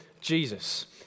Jesus